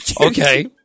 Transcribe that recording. Okay